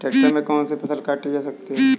Tractor से कौन सी फसल काटी जा सकती हैं?